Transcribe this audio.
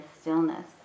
stillness